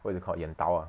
what do you call yandao ah